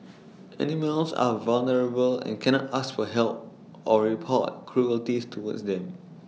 animals are vulnerable and cannot ask for help or report cruelties towards them